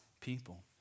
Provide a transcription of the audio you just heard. people